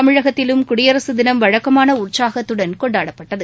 தமிழகத்திலும் குடியரசு தினம் வழக்கமான உற்சாகத்துடன் கொண்டாடப்பட்டது